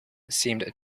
seemed